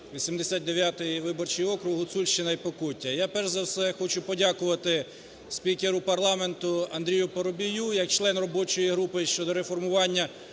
89 виборчий округ, Гуцульщина і Покуття. Я, перш за все, хочу подякувати спікеру парламенту Андрію Парубію як член робочої групи щодо реформування